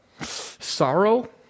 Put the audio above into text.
sorrow